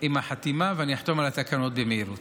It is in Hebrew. עם החתימה, ואני אחתום על התקנות במהירות.